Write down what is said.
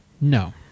No